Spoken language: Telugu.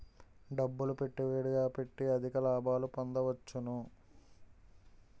డబ్బులు పెట్టుబడిగా పెట్టి అధిక లాభాలు పొందవచ్చును